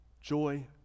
joy